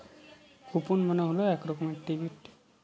coupon মানে হল এক রকমের টিকিট